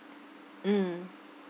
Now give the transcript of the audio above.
mm